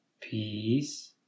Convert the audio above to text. Peace